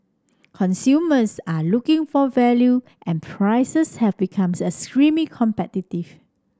consumers are looking for value and prices have become extremely competitive